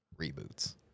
reboots